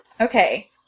Okay